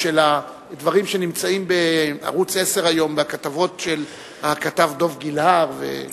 או של הדברים בערוץ-10 היום בכתבות של הכתב דב גילהר.